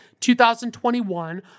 2021